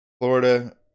Florida